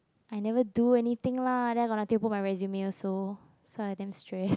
I never do anything lah then gonna paper my resume so so I damn stress